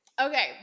Okay